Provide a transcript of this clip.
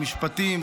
משפטים,